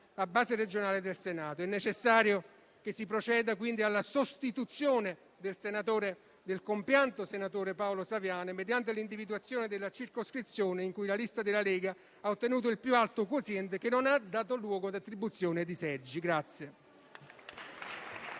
su base regionale del Senato. È necessario che si proceda quindi alla sostituzione del compianto senatore Paolo Saviane mediante l'individuazione della circoscrizione in cui la lista della Lega ha ottenuto il più alto quoziente che non ha dato luogo ad attribuzione di seggi.